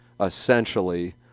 essentially